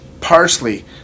parsley